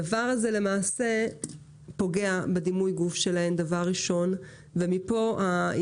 הדבר הזה פוגע בדימוי הגוף שלהן ומפה הדרך